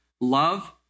Love